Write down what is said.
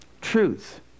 truth